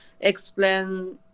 explain